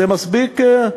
זה מספיק?